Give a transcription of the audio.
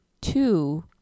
two